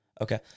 Okay